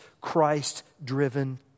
Christ-driven